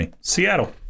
Seattle